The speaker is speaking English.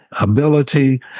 ability